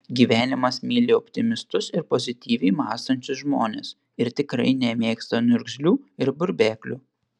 gyvenimas myli optimistus ir pozityviai mąstančius žmones ir tikrai nemėgsta niurgzlių ir burbeklių